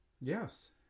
Yes